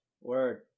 Word